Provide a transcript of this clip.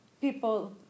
people